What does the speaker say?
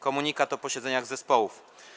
Komunikat o posiedzeniach zespołów.